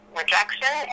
rejection